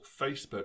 facebook